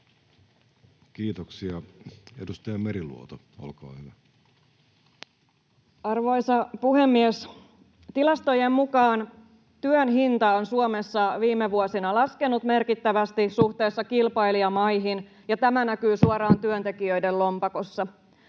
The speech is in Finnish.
muuttamisesta Time: 14:16 Content: Arvoisa puhemies! Tilastojen mukaan työn hinta on Suomessa viime vuosina laskenut merkittävästi suhteessa kilpailijamaihin, ja tämä näkyy suoraan työntekijöiden lompakossa.